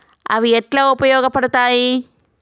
అవి ఎట్లా ఉపయోగ పడతాయి?